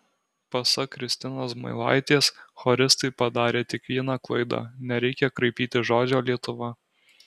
pasak kristinos zmailaitės choristai padarė tik vieną klaidą nereikia kraipyti žodžio lietuva